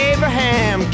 Abraham